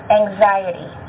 anxiety